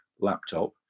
laptop